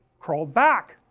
crawled back,